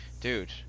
dude